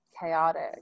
chaotic